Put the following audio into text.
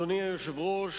אדוני היושב-ראש,